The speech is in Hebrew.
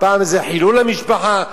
פעם זה חילול המשפחה,